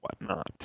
whatnot